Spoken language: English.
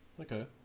Okay